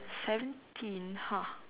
seventeen !huh!